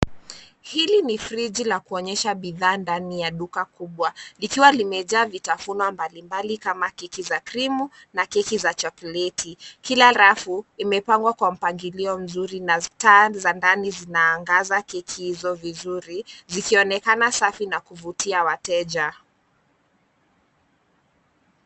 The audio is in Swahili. Hili ni friji la kuonyesha bidhaa ndani ya duka kubwa likiwa limejaa vitafunwa mbalimbali kama keki za krimu na keki za chokoleti. Kila rafu, imepangwa kwa mpangilio mzuri na taa za ndani zinaangaza keki hizo vizuri, zikionekana safi na kuvutia wateja.